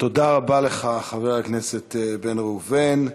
תודה רבה לך, חבר הכנסת בן ראובן.